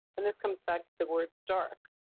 and this comes back to the word dark.